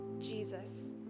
Jesus